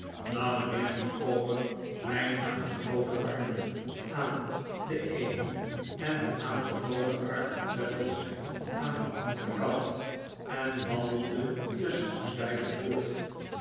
nam mijnheer micawber mijn aangeboden arm aan den eenen en den aangeboden arm van traddles aan den anderen kant en wandelde tusschen ons beiden voort